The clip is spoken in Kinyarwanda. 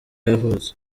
yavutse